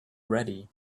ready